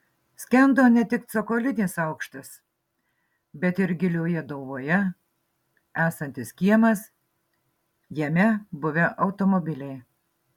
skendo ne tik cokolinis aukštas bet ir gilioje dauboje esantis kiemas jame buvę automobiliai